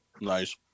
Nice